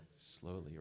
Slowly